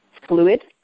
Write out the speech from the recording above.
fluid